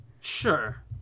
Sure